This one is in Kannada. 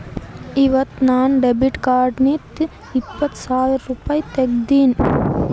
ಇವತ್ ನಾ ಡೆಬಿಟ್ ಕಾರ್ಡ್ಲಿಂತ್ ಇಪ್ಪತ್ ಸಾವಿರ ರುಪಾಯಿ ತಂದಿನಿ